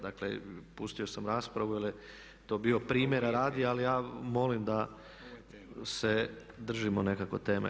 Dakle, pustio sam raspravu jer je to bilo primjera radi ali ja molim da se držimo nekako teme.